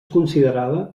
considerada